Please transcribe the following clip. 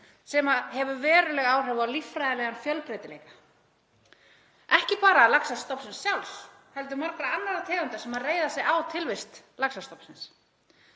Það hefur veruleg áhrif á líffræðilegan fjölbreytileika, ekki bara laxastofnsins sjálfs heldur margra annarra tegunda sem reiða sig á tilvist laxastofnsins.